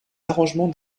arrangement